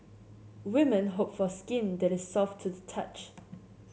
women hope for skin that is soft to the touch